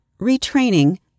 retraining